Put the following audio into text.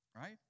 Right